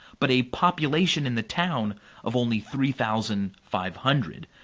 but a population in the town of only three thousand five hundred,